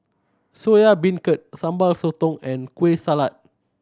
Soya Beancurd Sambal Sotong and Kueh Salat